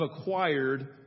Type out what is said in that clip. acquired